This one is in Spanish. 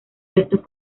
restos